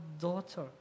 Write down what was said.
daughter